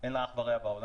שאין לה אח ורע בעולם.